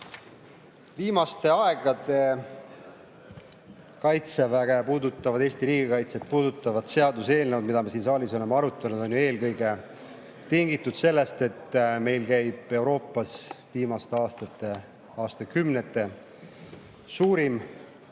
Viimaste aegade Kaitseväge puudutavad, Eesti riigikaitset puudutavad seaduseelnõud, mida me siin saalis oleme arutanud, on ju eelkõige tingitud sellest, et meil käib Euroopas viimaste aastakümnete suurim